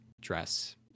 dress